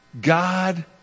God